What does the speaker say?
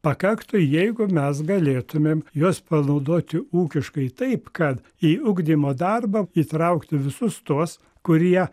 pakaktų jeigu mes galėtumėm juos panaudoti ūkiškai taip kad į ugdymo darbą įtraukti visus tuos kurie